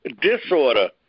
disorder